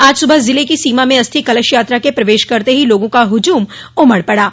आज सुबह जिले की सीमा में अस्थि कलश यात्रा के प्रवेश करते ही लोगों का हुजूम उमड़ पड़ा